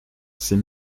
ces